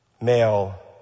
male